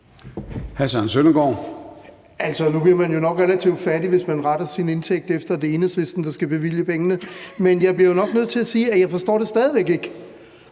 Søndergaard (EL): Nu bliver man jo nok relativt fattig, hvis man retter sin indtægt efter, at det er Enhedslisten, der skal bevilge pengene. Men jeg bliver jo nok nødt til at sige, at jeg stadig væk ikke